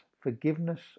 forgiveness